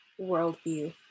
worldview